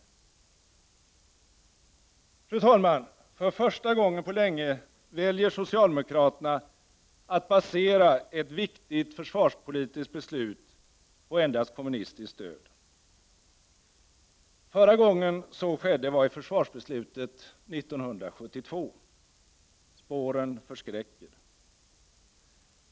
Fru talman! För första gången på länge väljer socialdemokraterna att basera ett viktigt försvarspolitiskt beslut på endast kommunistiskt stöd. Förra gången det skedde var vid försvarsbeslutet 1972 — spåren förskräcker.